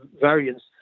variants